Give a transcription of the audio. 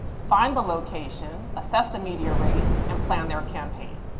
find the location, assess the media rate and plan their campaign.